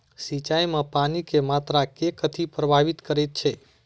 सिंचाई मे पानि केँ मात्रा केँ कथी प्रभावित करैत छै?